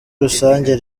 rusange